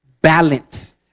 balance